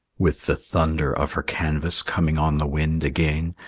with the thunder of her canvas coming on the wind again,